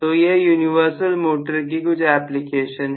तो यह universal motor की कुछ एप्लीकेशन है